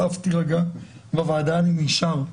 בוועדה אני נשאר.